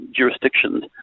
jurisdictions